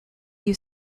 you